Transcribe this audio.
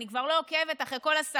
אני כבר לא עוקבת אחרי כל השרים,